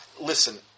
listen